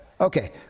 Okay